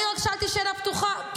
אני רק שאלתי שאלה פתוחה.